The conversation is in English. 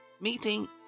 meeting